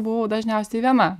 buvau dažniausiai viena